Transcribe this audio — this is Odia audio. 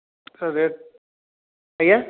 ରେଟ୍ ଆଜ୍ଞା